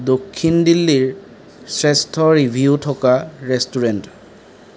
দক্ষিণ দিল্লীৰ শ্ৰেষ্ঠ ৰিভিউ থকা ৰেষ্টুৰেণ্ট